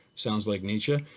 sounds like nietzsche,